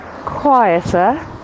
quieter